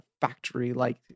factory-like